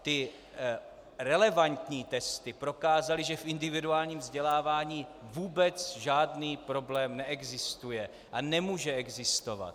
Ty relevantní testy prokázaly, že v individuálním vzdělávání vůbec žádný problém neexistuje a nemůže existovat.